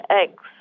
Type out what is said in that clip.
eggs